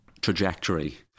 trajectory